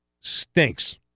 stinks